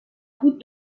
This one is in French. route